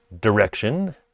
direction